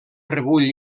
rebull